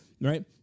Right